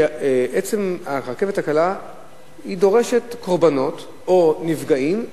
שבעצם הרכבת הקלה דורשת קורבנות או נפגעים,